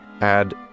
add